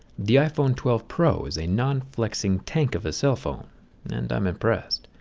the iphone twelve pro is a non-flexing tank of a cell phone and i'm impressed.